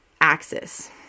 axis